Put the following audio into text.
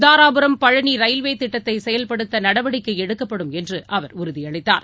தாராபுரம் பழனிரயில்வேதிட்டத்தைசெயல்படுத்தநடவடிக்கைஎடுக்கப்படும் என்றுஅவர் உறுதியளித்தார்